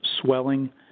swelling